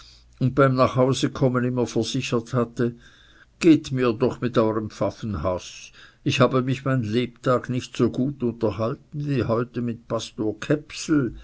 und beim nachhausekommen immer versichert hatte geht mir doch mit eurem pfaffenhaß ich habe mich mein lebtag nicht so gut unterhalten wie heute mit